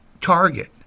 target